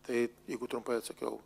tai jeigu trumpai atsakiau